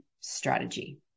strategy